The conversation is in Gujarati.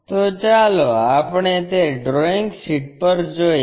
તો ચાલો આપણે તે ડ્રોઇંગ શીટ પર જોઈએ